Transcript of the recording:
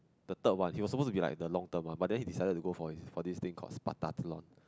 the third one he was supposed to be like the long term one but then he decided to go for his for this thing called Spartathlon